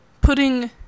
putting